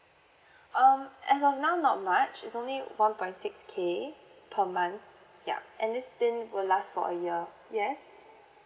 um as of now not much it's only one point six K per month yup and this stint will last for a year yes